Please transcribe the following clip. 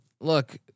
Look